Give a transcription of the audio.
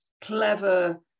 clever